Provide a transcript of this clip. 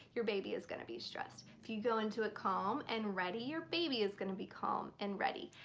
your baby is gonna be stressed. if you go into a calm and ready, your baby is gonna be calm and ready.